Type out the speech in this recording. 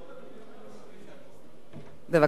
בבקשה, חברת הכנסת סולודקין.